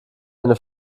eine